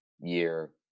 year